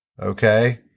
Okay